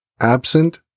Absent